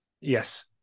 Yes